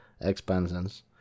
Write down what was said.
expansions